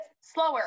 slower